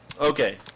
Okay